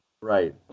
Right